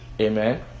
amen